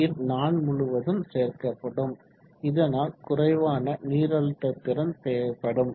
நீர் நாள் முழுவதும் சேர்க்கப்படும் இதனால் குறைவான நீரழுத்த திறன் தேவைப்படும்